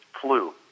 flu